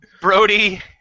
Brody